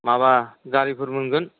माबा गारिफोर मोनगोन